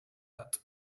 hat